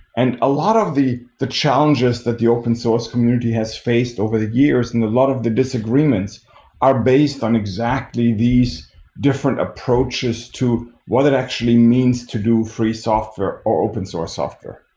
and a lot of the the challenges that the open source community has faced over the years and a lot of the disagreements are based on exactly these different approaches to what it actually means to do free software or open source software.